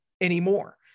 anymore